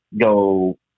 go